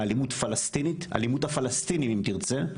מאלימות הפלסטיניים, אלימות הפלסטינים, אם תרצה,